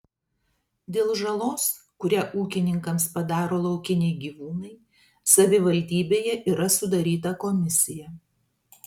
dėl žalos kurią ūkininkams padaro laukiniai gyvūnai savivaldybėje yra sudaryta komisija